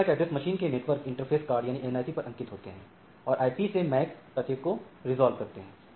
यह MAC Address machine के network interface card पर अंकित होते हैं और आईपी से मैक पते को विभक्त करते हैं